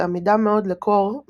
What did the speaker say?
שעמידה מאוד לקור,